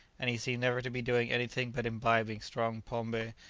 and he seemed never to be doing anything but imbibing strong pombe,